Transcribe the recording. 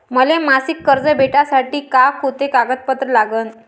मले मासिक कर्ज भेटासाठी का कुंते कागदपत्र लागन?